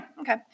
Okay